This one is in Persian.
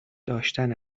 داشتن